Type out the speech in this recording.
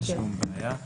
כן, זה לא מעט.